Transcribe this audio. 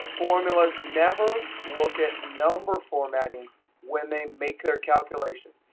formulas never look at number formatting when they make their calculation.